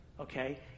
okay